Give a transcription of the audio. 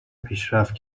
پیشرفت